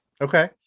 Okay